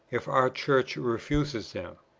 if our church refuses them,